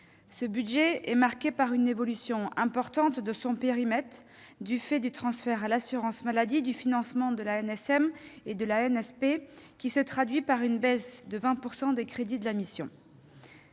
Ce budget est marqué par une évolution importante de son périmètre, du fait du transfert à l'assurance maladie du financement de l'ANSM et de l'ANSP, d'où une baisse de 20 % des crédits de la mission.